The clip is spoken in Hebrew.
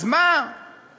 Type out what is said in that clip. אז מה ביקשנו?